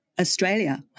Australia